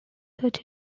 search